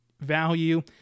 value